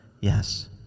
Yes